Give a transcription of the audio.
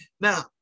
Now